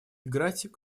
играть